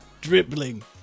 dribbling